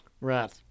Right